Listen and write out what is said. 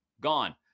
Gone